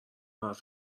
حرف